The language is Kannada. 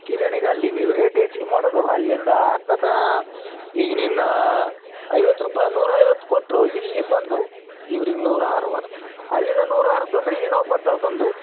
ಕಿರಾಣಿಗೆ ಅಲ್ಲಿ ನೀವು ರೇಟ್ ಹೆಚ್ಚಿಗೆ ಮಾಡೋದು ಅಲ್ಲಿಂದ ಆಗ್ತದೆ ಈಗ ನಿನ್ನ ಐವತ್ತು ರುಪಾಯ್ ನೂರೈವತ್ತು ಕೊಟ್ಟರು ಇಲ್ಲಿ ಬಂದು ಇವ್ರಿಗೆ ನೂರ ಅರವತ್ತು ಅಲ್ಲಿಂದ ನೂರಾ ಅರವತ್ತು ಅಂದರೆ ಇನ್ನೊಬ್ಬನ ತಾವ ಬಂದು